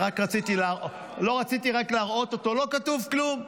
לא, רציתי רק להראות אותו, לא כתוב כלום.